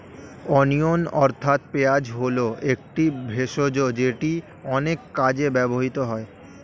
onion অর্থাৎ পেঁয়াজ হল একটি ভেষজ যেটি অনেক কাজে ব্যবহৃত হয়